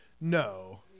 No